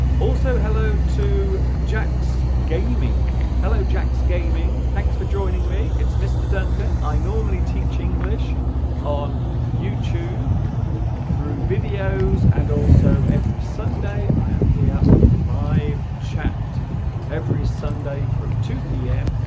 also hello to jack's gaming hello jack's gaming thanks for joining me it's mr. duncan i normally teach english on youtube through videos and also every sunday i am here on the live chat every sunday from two zero p m.